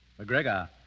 McGregor